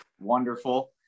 wonderful